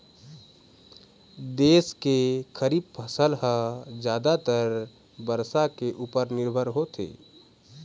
देश के खरीफ फसल ह जादातर बरसा के उपर निरभर होथे